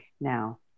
now